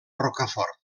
rocafort